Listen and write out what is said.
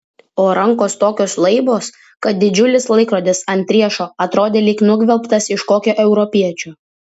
o rankos tokios laibos kad didžiulis laikrodis ant riešo atrodė lyg nugvelbtas iš kokio europiečio